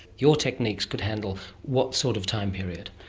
your techniques could handle what sort of time period?